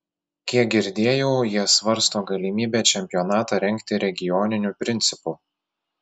kiek girdėjau jie svarsto galimybę čempionatą rengti regioniniu principu